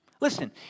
Listen